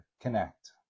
connect